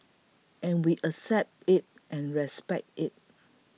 and we accept it and respect it